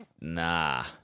Nah